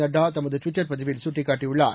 நட்டா தமது டுவிட்டர் பதிவில் சுட்டிக்காட்டியுள்ளார்